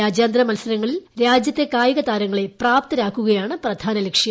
രാജ്യാന്തര മത്സരങ്ങളിൽ രാജ്യത്തെ കായിക താരങ്ങളെ പ്രാപ്തരാക്കുകയാണ് പ്രധാന ലക്ഷ്യം